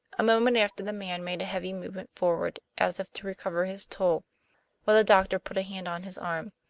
a moment after the man made a heavy movement forward, as if to recover his tool but the doctor put a hand on his arm.